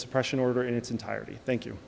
suppression order in its entirety thank you